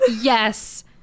yes